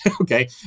okay